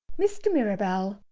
mr. mirabell,